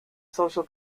social